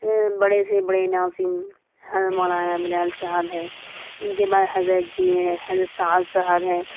بڑے سے بڑے ناظم حضرت مولانا بلال صاحب ہے ان کے بعد حضرت جی ہے حضرت سعد صاحب ہے